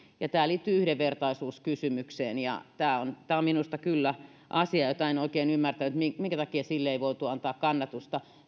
tämä liittyy yhdenvertaisuuskysymykseen ja tämä on tämä on minusta kyllä asia jota en oikein ymmärrä että minkä takia sille ei voitu antaa kannatusta